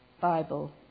Bible